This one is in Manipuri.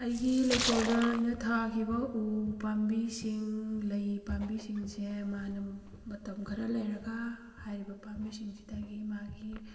ꯑꯩꯒꯤ ꯂꯩꯀꯣꯜꯗ ꯑꯩꯅ ꯊꯥꯈꯤꯕ ꯎ ꯄꯥꯝꯕꯤꯁꯤꯡ ꯂꯩ ꯄꯥꯝꯕꯤꯁꯤꯡꯁꯦ ꯃꯥꯅ ꯃꯇꯝ ꯈꯔ ꯂꯩꯔꯒ ꯍꯥꯏꯔꯤꯕ ꯄꯥꯝꯕꯤꯁꯤꯡꯁꯤꯗꯒꯤ ꯃꯥꯒꯤ